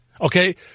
Okay